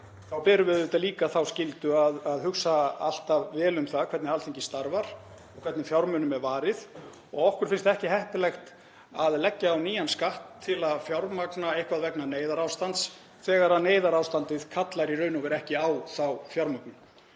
þá berum við líka þá skyldu að hugsa alltaf vel um það hvernig Alþingi starfar og hvernig fjármunum er varið og okkur finnst ekki heppilegt að leggja á nýjan skatt til að fjármagna eitthvað vegna neyðarástands þegar neyðarástandið kallar í raun og veru ekki á þá fjármögnun,